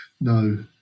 no